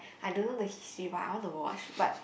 I don't know the history but I want to watch but